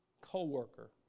co-worker